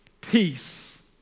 peace